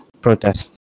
protest